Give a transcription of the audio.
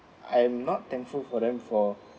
I'm not thankful for them for